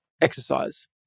exercise